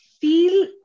feel